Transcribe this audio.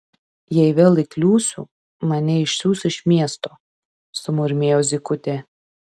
jei vėl įkliūsiu mane išsiųs iš miesto sumurmėjo zykutė